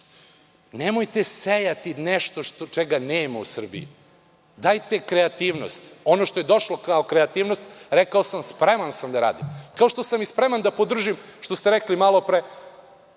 Nemojte sejati nešto čega nema u Srbiji. Dajte kreativnost. Ono što je došlo kao kreativnost, rekao sam, spreman sam da radim, kao što sam spreman i da podržim ono što ste rekli malopre,